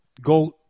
go